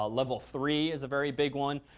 ah level three is a very big one.